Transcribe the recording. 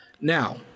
Now